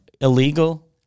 illegal